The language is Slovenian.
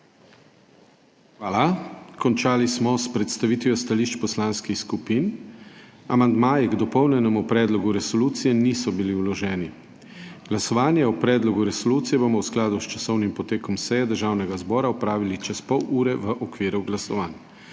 Hvala. Končali smo s predstavitvijo stališč poslanskih skupin. Amandmaji k dopolnjenemu predlogu resolucije niso bili vloženi. Glasovanje o predlogu resolucije bomo v skladu s časovnim potekom seje Državnega zbora opravili čez pol ure v okviru glasovanj.